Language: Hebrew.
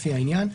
לפי העניין,